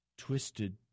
twisted